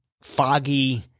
foggy